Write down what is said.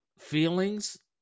Feelings